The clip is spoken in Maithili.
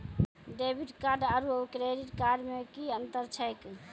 डेबिट कार्ड आरू क्रेडिट कार्ड मे कि अन्तर छैक?